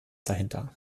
dahinter